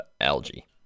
algae